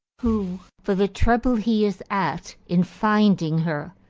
who, for the trouble he is at in finding her,